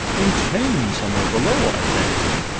in chains somewhere below, i fancy.